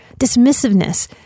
dismissiveness